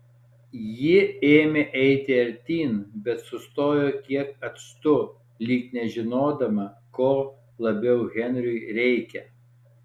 ji ėmė eiti artyn bet sustojo kiek atstu lyg nežinodama ko labiau henriui reikia